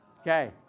Okay